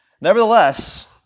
Nevertheless